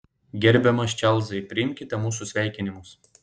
gerbiamas čarlzai priimkite mūsų sveikinimus